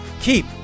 keep